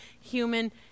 human